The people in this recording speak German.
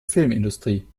filmindustrie